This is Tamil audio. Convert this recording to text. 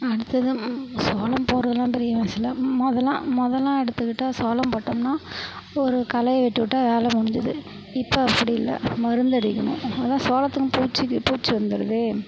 அடுத்தது சோளம் போடுறதுலாம் பெரிய விஷயம் இல்லை முதல்லாம் முதல்லாம் எடுத்துக்கிட்டால் சோளம் போட்டோம்னால் ஒரு களையை வெட்டிவிட்டா வேலை முடிஞ்சுது இப்போ அப்படி இல்லை மருந்தடிக்கணும் இப்போ தான் சோளத்துக்கும் பூச்சி பூச்சி வந்துடுதே